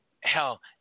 hell